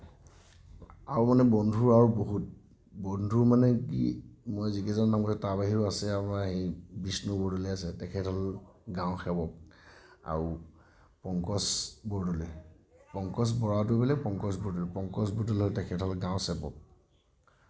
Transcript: আৰু মানে বন্ধু আৰু বহুত বন্ধু মানে কি মই যিকেইজনৰ নাম ল'লোঁ তাৰ বাহিৰেও আছে আৰু হেৰি বিষ্ণু বৰদলৈ আছে তেখেত হ'ল গাঁও সেৱক আৰু পংকজ বৰদলৈ পংকজ বৰাটোও বেলেগ পংকজ বৰদলৈ পংকজ বৰদলৈ তেখেত হ'ল গাঁও সেৱক